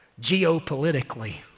geopolitically